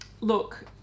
Look